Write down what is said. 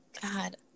God